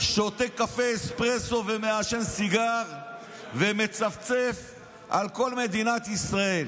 שותה קפה אספרסו ומעשן סיגר ומצפצף על כל מדינת ישראל.